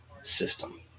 system